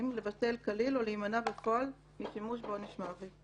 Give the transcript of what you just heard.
לבטל כליל או להימנע משימוש בעונש מוות.